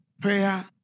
Prayer